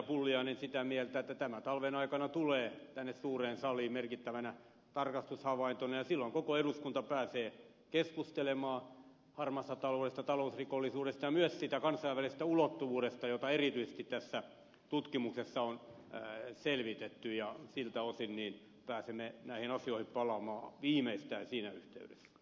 pulliainen on kanssani sitä mieltä tämän talven aikana tulee tänne suureen saliin merkittävä tarkastushavainto ja silloin koko eduskunta pääsee keskustelemaan harmaasta taloudesta talousrikollisuudesta ja myös siitä kansainvälisestä ulottuvuudesta jota erityisesti tässä tutkimuksessa on selvitetty ja siltä osin pääsemme näihin asioihin palaamaan viimeistään siinä yhteydessä